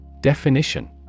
Definition